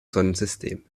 sonnensystem